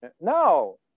No